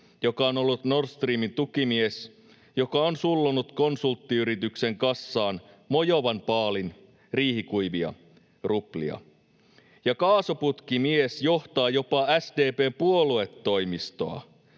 joka on ollut Nord Streamin tukimies, joka on sullonut konsulttiyrityksen kassaan mojovan paalin riihikuivia ruplia, ja kaasuputkimies johtaa jopa SDP:n puoluetoimistoa.